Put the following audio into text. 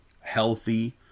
healthy